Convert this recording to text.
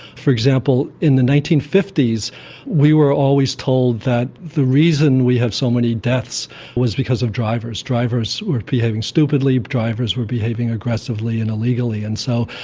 for example, in the nineteen fifty s we were always told that the reason we have so many deaths was because of drivers drivers were behaving stupidly, drivers were behaving aggressively and illegally. and so,